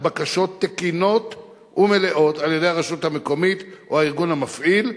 בקשות תקינות ומלאות על-ידי הרשות המקומית או הארגון המפעיל,